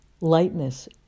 Lightness